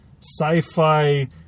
sci-fi